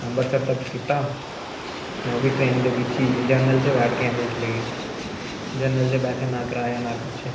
अंबरसर तक कीता ओह्बी ट्रैन दे बिच ही जरनल बेठे ते चले गे जरनल च बैठे ना कराया ना कुछ